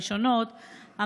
הראשונות,